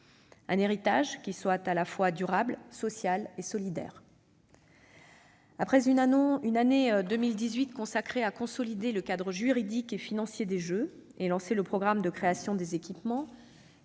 Cet héritage doit être à la fois durable, social et solidaire. Après une année 2018 consacrée à consolider le cadre juridique et financier des Jeux et lancer le programme de création des équipements,